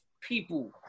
people